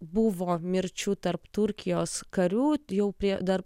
buvo mirčių tarp turkijos karių jau prie dar